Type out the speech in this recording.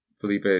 Felipe